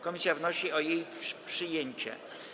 Komisja wnosi o jej przyjęcie.